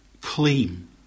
claim